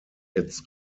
its